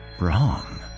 wrong